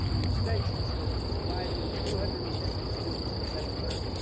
the extension school is arriving with two hundred and fifty students at seven thirty.